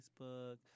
Facebook